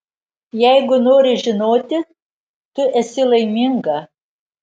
jeigu nori žinoti tu esi laiminga